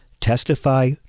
testify